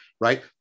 right